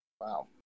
Wow